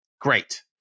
Great